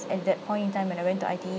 at that point in time when I went to I_T_E